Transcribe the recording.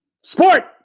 sport